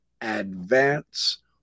advance